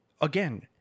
again